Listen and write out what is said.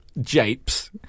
japes